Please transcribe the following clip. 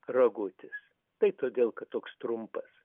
ragutis tai todėl kad toks trumpas